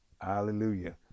Hallelujah